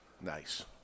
Nice